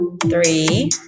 three